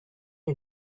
you